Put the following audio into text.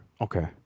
Okay